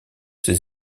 ses